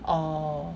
orh